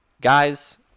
guys